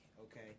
Okay